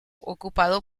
ocupado